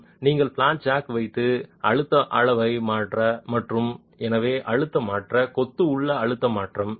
மற்றும் நீங்கள் flat jacks வைத்து அழுத்தம் அளவு மாற்ற மற்றும் எனவே அழுத்தம் மாற்ற கொத்து உள்ள அழுத்தம் மாற்ற